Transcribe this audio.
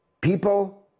people